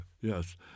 yes